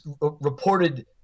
reported